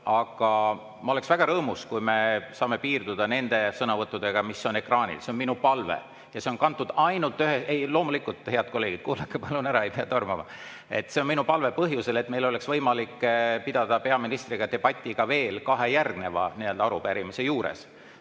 Aga ma oleks väga rõõmus, kui me piirduks nende sõnavõttudega, mis on ekraanil. See on minu palve ja see on kantud ainult … Ei, loomulikult, head kolleegid. Kuulake palun ära, ei pea tormama! See on minu palve põhjusel, et meil oleks võimalik pidada peaministriga debatti ka kahe järgneva arupärimise juures.